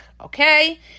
Okay